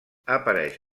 apareix